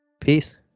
Peace